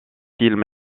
film